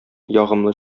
ягымлы